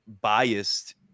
biased